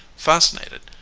fascinated,